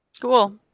Cool